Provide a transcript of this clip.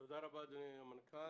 תודה רבה לאדוני המנכ"ל.